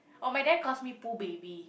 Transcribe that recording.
oh my dad calls me Poo baby